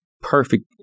Perfect